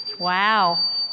Wow